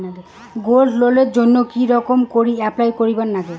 Gold লোনের জইন্যে কি রকম করি অ্যাপ্লাই করিবার লাগে?